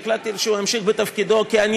והחלטתי שהוא ימשיך בתפקידו כי אני